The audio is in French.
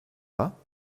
pas